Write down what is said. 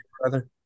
brother